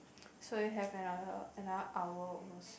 so we have another another hour almost